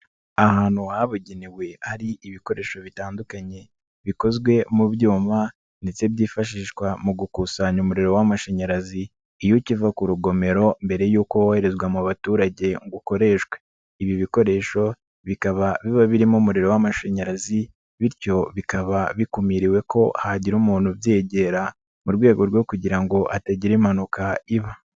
Ahantu habugenewe hari ibikoresho bitandukanye bikozwe mu byuma ndetse byifashishwa mu gukusanya umuriro w'amashanyarazi, iyo ukiva ku rugomero mbere y'uko woherezwa mu baturage ngo ukoreshwe, ibi bikoresho bikaba biba birimo umuriro w'amashanyarazi bityo bikaba bikumiriwe ko hagira umuntu ubyegera mu rwego rwo kugira ngo hatagira impanuka iba.